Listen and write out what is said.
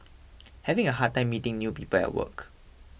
having a hard time meeting new people at work